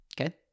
Okay